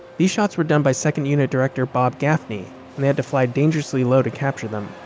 these shots were done by second unit director bob gaffney and they had to fly dangerously low to capture them.